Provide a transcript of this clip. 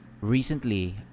recently